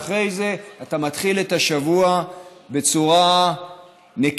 ואחרי זה אתה מתחיל את השבוע בצורה נקייה.